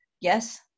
yes